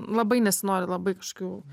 labai nesinori labai kažkokių